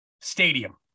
Stadium